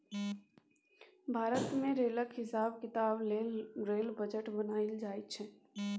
भारत मे रेलक हिसाब किताब लेल रेल बजट बनाएल जाइ छै